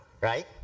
right